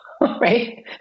right